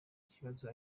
kibazo